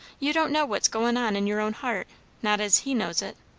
you don't know what's goin' on in your own heart not as he knows it.